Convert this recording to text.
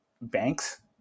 banks